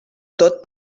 tot